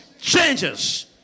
changes